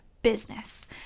business